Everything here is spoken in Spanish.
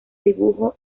dibujo